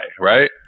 right